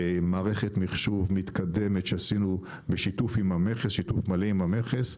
מערכת מחשוב מתקדמת שעשינו בשיתוף מלא עם המכס.